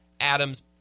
Adams